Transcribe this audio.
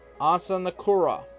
Asanakura